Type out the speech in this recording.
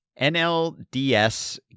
NLDS